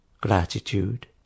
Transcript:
gratitude